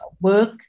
work